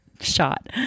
shot